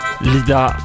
Lida